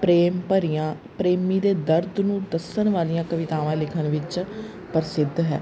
ਪ੍ਰੇਮ ਭਰੀਆਂ ਪ੍ਰੇਮੀ ਦੇ ਦਰਦ ਨੂੰ ਦੱਸਣ ਵਾਲੀਆਂ ਕਵਿਤਾਵਾਂ ਲਿਖਣ ਵਿੱਚ ਪ੍ਰਸਿੱਧ ਹੈ